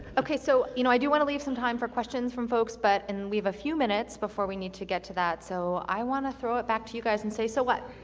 so you know i do want to leave some time for questions from folks, but and we have a few minutes before we need to get to that, so i want to throw it back to you guys and say, so what?